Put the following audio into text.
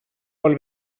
vol